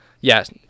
yes